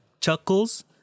chuckles